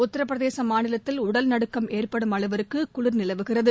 உத்திரபிரதேசமாநிலத்தில் உடல் நடுக்கம் ஏற்படும் அளவிற்குகுளிர் நிலவுகிறது